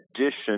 addition